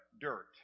dirt